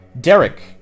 Derek